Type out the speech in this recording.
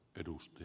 puhemies